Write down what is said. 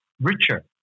richer